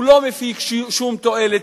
הוא לא מפיק שום תועלת,